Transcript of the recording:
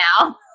now